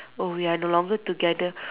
oh we are no longer together